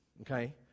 Okay